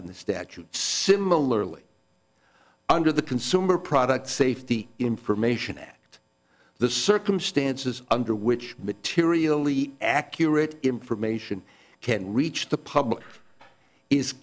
in the statute similarly under the consumer product safety information act the circumstances under which materially accurate information can reach the public is